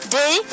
day